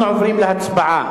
אנחנו עוברים להצבעה.